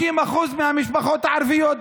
50% מהמשפחות הערביות.